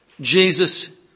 Jesus